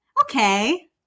okay